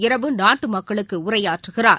இரவு நாட்டுமக்களுக்கு உரையாற்றுகிறார்